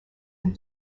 have